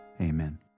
amen